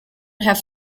have